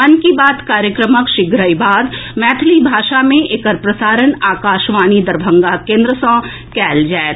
मन की बात कार्यक्रमक शीघ्रहि बाद मैथिली भाषा मे एकर प्रसारण आकाशवाणी दरभंगा केंद्र सँ कएल जायत